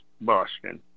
Boston